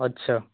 अच्छा